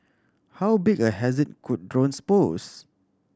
how big a hazard could drones pose